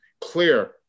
clear